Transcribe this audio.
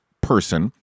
person